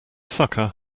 sucker